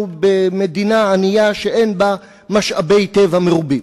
כמדינה ענייה שאין בה משאבי טבע מרובים.